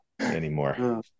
anymore